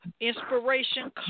inspiration